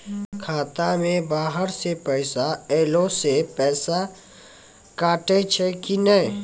खाता मे बाहर से पैसा ऐलो से पैसा कटै छै कि नै?